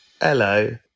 Hello